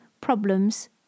problems